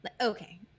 Okay